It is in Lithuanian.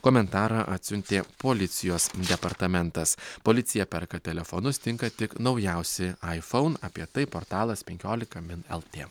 komentarą atsiuntė policijos departamentas policija perka telefonus tinka tik naujausi aifoun apie tai portalas penkiolika min el t